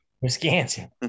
Wisconsin